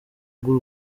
bw’u